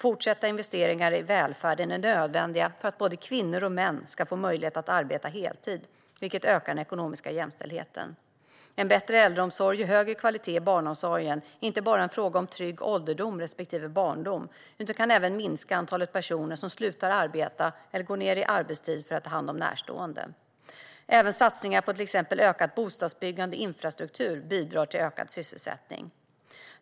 Fortsatta investeringar i välfärden är nödvändiga för att både kvinnor och män ska få möjlighet att arbeta heltid, vilket ökar den ekonomiska jämställdheten. En bättre äldreomsorg och högre kvalitet i barnomsorgen är inte bara en fråga om en trygg ålderdom respektive barndom, utan det kan även minska antalet personer som slutar arbeta eller går ned i arbetstid för att ta hand om närstående. Även satsningar på till exempel ökat bostadsbyggande och infrastruktur bidrar till ökad sysselsättning.